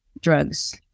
drugs